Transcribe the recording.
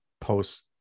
post